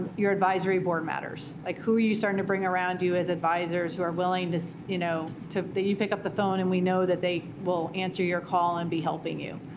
your advisory board matters. like who are you starting to bring around you as advisors who are willing you know to that you pick up the phone, and we know that they will answer your call and be helping you,